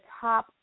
top